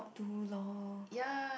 do lor